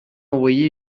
envoyé